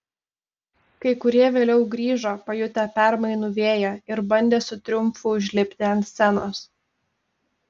kai kurie vėliau grįžo pajutę permainų vėją ir bandė su triumfu užlipti ant scenos